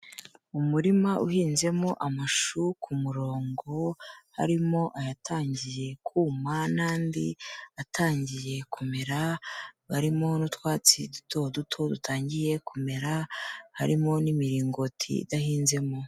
Umurima uhinzemo amashu ku murongo, harimo ayatangiye kuma n'andi atangiye kumera, harimo n'utwatsi duto duto dutangiye kumera, harimo n'imiringoti idahinzemo.